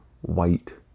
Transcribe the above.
white